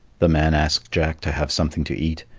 the man asked jack to have something to eat,